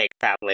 Family